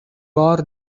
بار